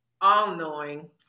all-knowing